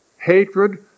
hatred